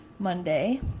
monday